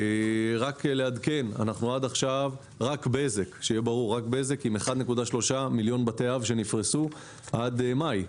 עד עכשיו רק בזק עם 1.3 מיליון בתי אב שנפרסו עד מאי.